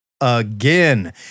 again